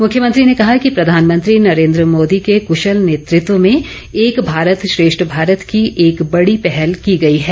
मुख्यमंत्री ने कहा कि प्रधानमंत्री नरेंद्र मोदी के कृशल नेतृत्व में एक भारत श्रेष्ठ भारत की एक बड़ी पहल की गई है